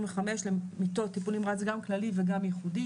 וחמש מיטות טיפול נמרץ גם כללי וגם ייחודי,